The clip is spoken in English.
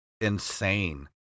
insane